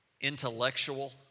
intellectual